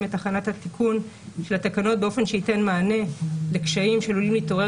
את הכנת התיקון של התקנות באופן שייתן מענה לקשיים שעלולים להתעורר